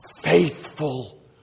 faithful